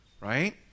right